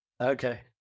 Okay